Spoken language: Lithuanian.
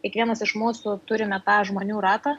kiekvienas iš mūsų turime tą žmonių ratą